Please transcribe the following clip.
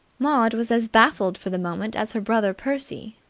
maud was as baffled for the moment as her brother percy,